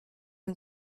ihm